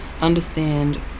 understand